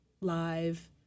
live